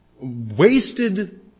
wasted